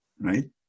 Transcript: right